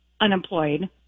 unemployed